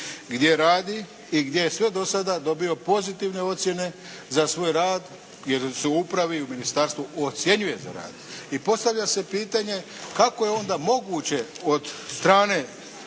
gdje radi i gdje je sve do sada dobio pozitivne ocjene za svoj rad, jer se u upravi u ministarstvu ocjenjuje za rad. I postavlja se pitanje kako je onda moguće od strane